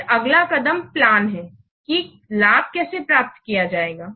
फिर अगला कदम प्लान है कि लाभ कैसे प्राप्त किया जाएगा